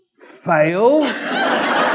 Fail